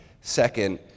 Second